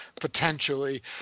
potentially